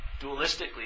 dualistically